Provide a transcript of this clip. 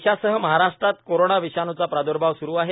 देशासह महाराष्ट्रात कोरोना विषाणूचा प्राद्र्भाव स्रु आहे